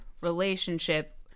relationship